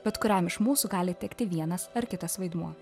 bet kuriam iš mūsų gali tekti vienas ar kitas vaidmuo